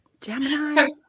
Gemini